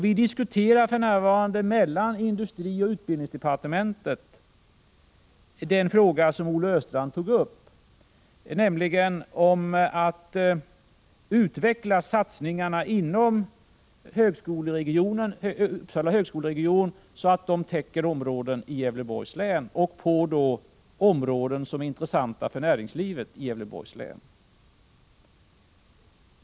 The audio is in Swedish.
Vi diskuterar för närvarande mellan industrioch utbildningsdepartementen den fråga som Olle Östrand tog upp, nämligen att utveckla satsningarna inom Uppsala högskoleregion, så att dessa täcker områden i Gävleborgs län, och då på områden som är intressanta för näringslivet i länet.